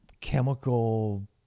chemical